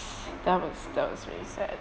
that was that was really sad